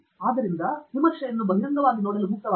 ಆದ್ದರಿಂದ ವಿಮರ್ಶೆಯನ್ನು ಬಹಿರಂಗವಾಗಿ ನೋಡಲು ಮುಕ್ತವಾಗಿರಿ